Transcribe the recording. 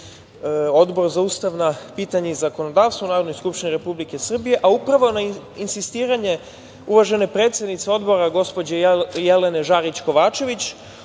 Odbor za ustavna pitanja i zakonodavstvo u Narodnoj skupštini Republike Srbije, a upravo na insistiranje uvažene predsednice Odbora, gospođe Jelene Žarić Kovačević